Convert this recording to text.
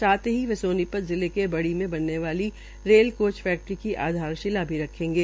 साथ ही वे सोनी त जिले के बढ़ी में बनने वाली रेल कोच फैक्ट्री की आधारशिला भी रखेंगे